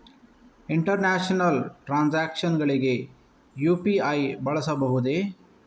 International transactions ಗಳಿಗೆ UPI ಬಳಸಬಹುದೇ?